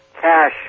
cash